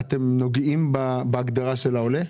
אתם נוגעים בהגדרה של העולה.